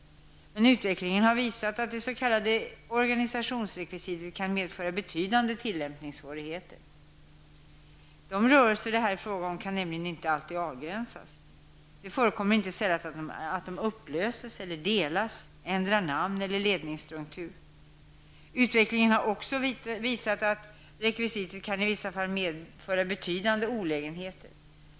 Men utvecklingen har visat att det s.k. organisationsrekvisitet kan medföra betydande tillämpningssvårigheter. De rörelser det här är fråga om kan nämligen inte alltid avgränsas. Det förekommer inte sällan att grupperna upplöses, delas och ändrar namn eller ledningsstruktur. Utvecklingen har också visat att rekvisitet i vissa fall kan medföra betydande olägenheter.